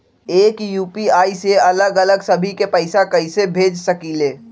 एक यू.पी.आई से अलग अलग सभी के पैसा कईसे भेज सकीले?